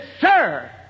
sir